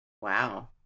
Wow